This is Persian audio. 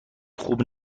خوب